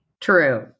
True